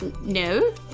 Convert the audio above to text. No